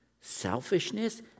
selfishness